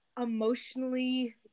emotionally